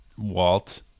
Walt